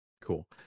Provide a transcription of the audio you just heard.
cool